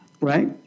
Right